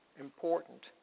important